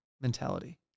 mentality